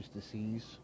disease